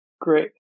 Great